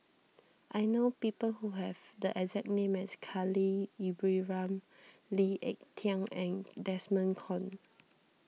I know people who have the exact name as Khalil Ibrahim Lee Ek Tieng and Desmond Kon